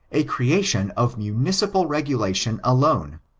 a creation of mimicipal regulation alone,